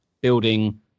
building